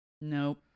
Nope